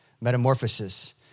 metamorphosis